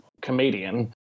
comedian